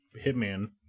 Hitman